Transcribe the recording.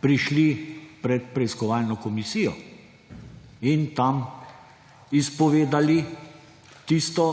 prišli pred preiskovalno komisijo in tam izpovedali tisto,